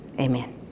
Amen